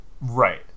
Right